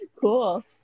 cool